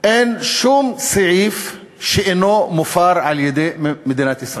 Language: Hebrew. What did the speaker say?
ואין שום סעיף שאינו מופר על-ידי מדינת ישראל,